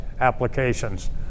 applications